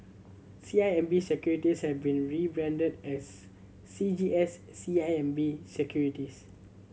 C I M B Securities has been rebranded as C G S C I M B Securities